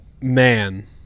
man